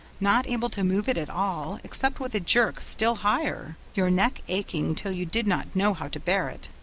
not able to move it at all, except with a jerk still higher, your neck aching till you did not know how to bear it.